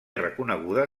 reconeguda